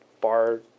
bar